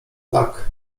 tak